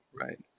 Right